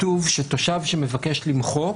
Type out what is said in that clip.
כתוב שתושב שמבקש למחוק,